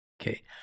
Okay